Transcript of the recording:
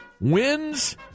wins